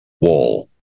wall